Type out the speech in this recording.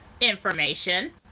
information